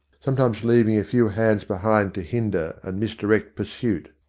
sometimes leaving a few hands behind to hinder and misdirect pursuit.